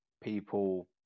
People